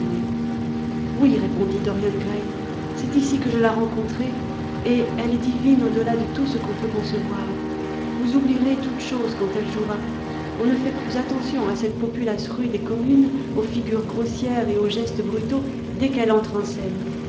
oui répondit dorian gray c'est ici que je la rencontrai et elle est divine au delà de tout ce qu'on peut concevoir vous oublierez toute chose quand elle jouera on ne fait plus attention à cette populace rude et commune aux figures grossières et aux gestes brutaux dès qu'elle entre en scène